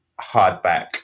hardback